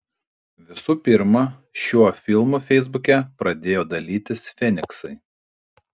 visų pirma šiuo filmu feisbuke pradėjo dalytis feniksai